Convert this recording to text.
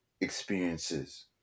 experiences